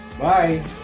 Bye